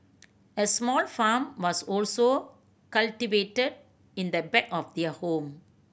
a small farm was also cultivated in the back of their home